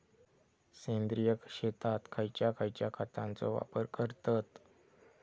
सेंद्रिय शेतात खयच्या खयच्या खतांचो वापर करतत?